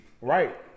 Right